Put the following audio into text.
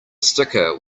sticker